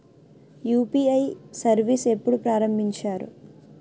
UPI service ఎప్పుడు ప్రారంభించారు?